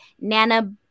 Nana